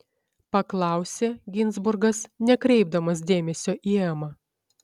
paklausė ginzburgas nekreipdamas dėmesio į emą